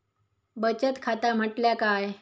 बचत खाता म्हटल्या काय?